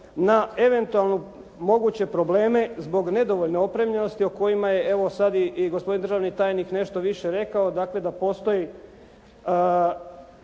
na eventualno moguće probleme zbog nedovoljne opremljenosti evo sada je gospodin držani tajnik nešto više rekao, dakle da postoji